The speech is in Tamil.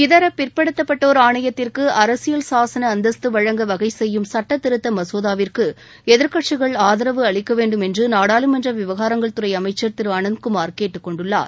இதர பிற்படுத்தப்பட்டோர் ஆணையத்திற்கு அரசியல் சாசன அந்தஸ்து வழங்க வகைசெய்யும் சட்டதிருத்த மசோதாவிற்கு எதிர்கட்சிகள் ஆதரவு அளிக்க வேண்டும் என்று நாடாளுமன்ற விவகாரங்கள்துறை அமைச்சர் திரு அனந்த்குமார் கேட்டுக்கொண்டுள்ளார்